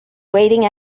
waiting